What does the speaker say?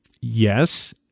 Yes